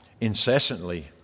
incessantly